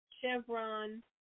Chevron